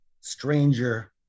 stranger